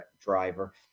driver